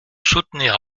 soutenir